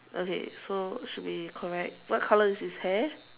okay so should be correct what colour is his hair